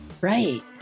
Right